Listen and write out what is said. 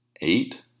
eight